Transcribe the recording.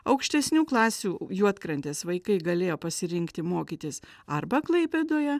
aukštesnių klasių juodkrantės vaikai galėjo pasirinkti mokytis arba klaipėdoje